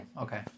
Okay